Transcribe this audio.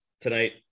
tonight